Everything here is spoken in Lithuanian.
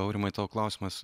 aurimai tavo klausimas